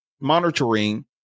monitoring